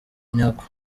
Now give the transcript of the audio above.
nyako